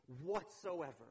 whatsoever